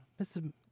Mr